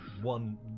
One